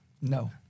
No